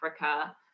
Africa